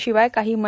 शिवाय काही म